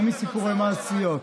לא מסיפורי מעשיות.